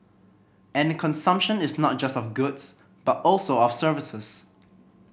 and consumption is not just of goods but also of services